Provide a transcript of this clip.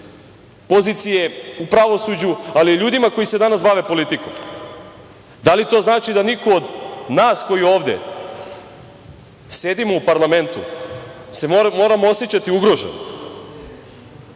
pozicije u pravosuđu, ali i ljudima koji se danas bave politikom? Da li to znači da niko od nas koji ovde sedimo u parlamentu se moramo osećati ugroženo?